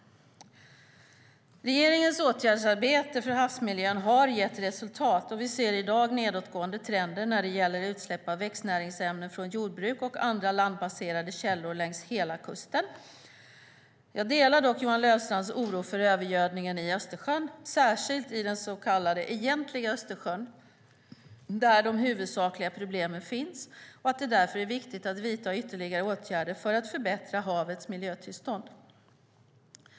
Regeringens åtgärdsarbete för havsmiljön har gett resultat, och vi ser i dag nedåtgående trender när det gäller utsläpp av växtnäringsämnen från jordbruk och andra landbaserade källor längs hela kusten. Jag delar dock Johan Löfstrands oro för övergödningen i Östersjön, särskilt i den så kallade Egentliga Östersjön, där de huvudsakliga problemen finns, och det är därför viktigt att vidta ytterligare åtgärder för att förbättra havets miljötillstånd.